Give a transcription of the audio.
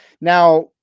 Now